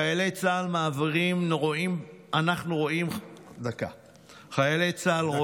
חיילי צה"ל מעבירים עם משאית